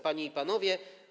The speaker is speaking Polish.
Panie i Panowie!